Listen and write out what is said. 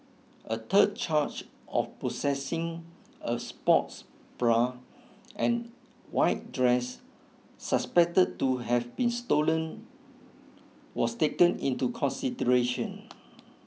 a third charge of possessing a sports bra and white dress suspected to have been stolen was taken into consideration